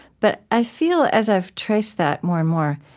but i feel, as i've traced that more and more,